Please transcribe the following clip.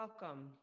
Welcome